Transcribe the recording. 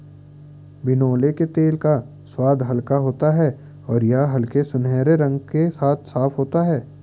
बिनौले के तेल का स्वाद हल्का होता है और यह हल्के सुनहरे रंग के साथ साफ होता है